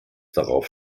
darauf